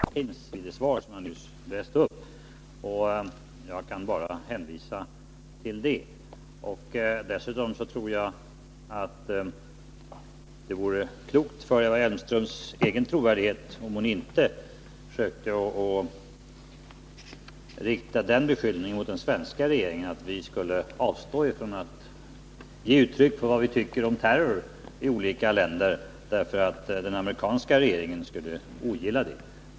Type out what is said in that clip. Herr talman! Det avståndstagande som Eva Hjelmström efterlyser mot den terror och förföljelse som kan förekomma i Pakistan finns i det svar som jag nyss läste upp, och jag kan bara hänvisa till det. Dessutom tror jag att det vore klokt för Eva Hjelmströms egen trovärdighet om hon inte försökte rikta den beskyllningén mot den svenska regeringen att vi skulle avstå från att ge uttryck för vad vi tycker om terror i olika länder bara därför att den amerikanska regeringen skulle ogilla det.